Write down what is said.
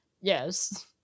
Yes